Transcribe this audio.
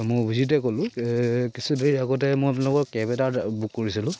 মই অভিজিতে ক'লোঁ এই কিছু দেৰি আগতে মই আপোনালোকৰ কেব এটা অৰ্ডাৰ বুক কৰিছিলোঁ